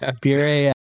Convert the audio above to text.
Beer